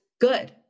Good